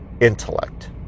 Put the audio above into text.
intellect